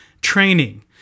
training